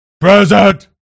Present